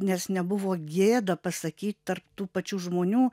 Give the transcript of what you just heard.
nes nebuvo gėda pasakyt tarp tų pačių žmonių